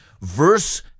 verse